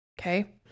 Okay